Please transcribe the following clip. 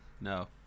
No